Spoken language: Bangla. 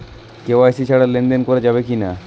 কে.ওয়াই.সি ছাড়া লেনদেন করা যাবে কিনা?